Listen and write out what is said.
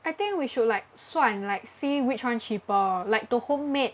I think we should like 算 like see which one cheaper like to homemade